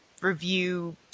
review